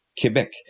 Quebec